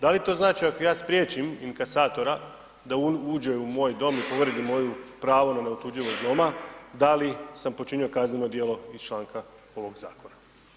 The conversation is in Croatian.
Da li to znači ako ja spriječim inkasatora da uđe u moj dom i povredi moju pravo na neotuđivost doma, da li sam počinio kazneno djelo iz članka ovog zakona?